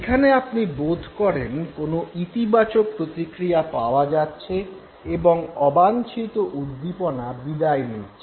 এখানে আপনি বোধ করেন কোনো ইতিবাচক প্রতিক্রিয়া পাওয়া যাচ্ছে এবং অবাঞ্ছিত উদ্দীপনা বিদায় নিচ্ছে